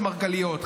מרגליות,